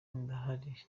ndahari